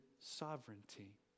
sovereignty